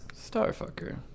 Starfucker